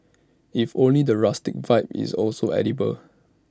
if only the rustic vibe is also edible